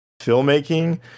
filmmaking